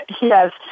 Yes